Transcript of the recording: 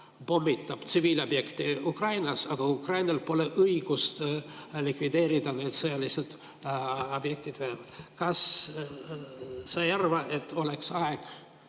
pommitab tsiviilobjekte Ukrainas, aga Ukrainal pole õigust likvideerida neid sõjalisi objekte Venemaal. Kas sa ei arva, et oleks aeg